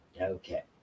okay